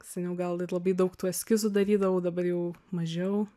seniau gal ir labai daug tų eskizų darydavau dabar jau mažiau